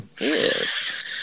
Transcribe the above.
Yes